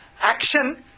action